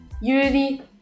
unity